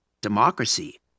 democracy